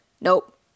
Nope